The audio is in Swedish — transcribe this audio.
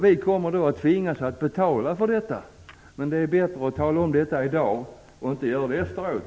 Vi kommer att tvingas att betala för detta, men det är bättre att tala om det i dag än att göra det efteråt.